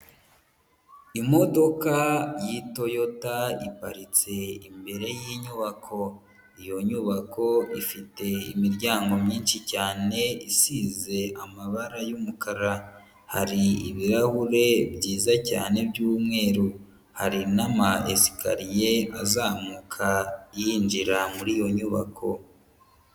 Imodoka y'itoyota iparitse imbere y'inyubako, iyo nyubako ifite imiryango myinshi cyane isize amabara y'umukara, hari ibirahure byiza cyane by'umweru, hari n'amayesikariye azamuka yinjira muri iyo nyubako.